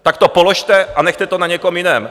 Tak to položte a nechte to na někom jiném.